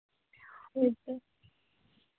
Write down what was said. ᱦᱳᱭ ᱛᱚ